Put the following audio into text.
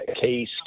Case